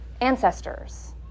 ancestors